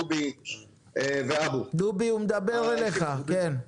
דובי ואבו וילן.